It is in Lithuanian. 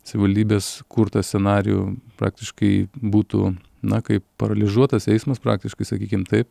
savivaldybės kurtą scenarijų praktiškai būtų na kaip paralyžiuotas eismas praktiškai sakykim taip